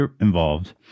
involved